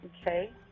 Okay